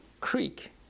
creek